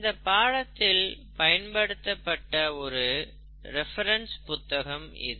இந்தப் பாடத்திட்டத்தில் பயன்படுத்தப்பட்ட ஒரு ரெபெரென்ஸ் புத்தகம் இது